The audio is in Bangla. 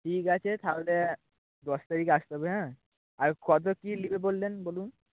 ঠিক আছে তাহলে দশ তারিখে আসতে হবে হ্যাঁ আর কত কী নেবে বললেন বলুন